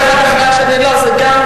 ממש לא, זה מקרי לחלוטין.